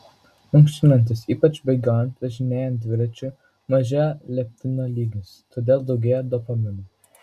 mankštinantis ypač bėgiojant važinėjant dviračiu mažėja leptino lygis todėl daugėja dopamino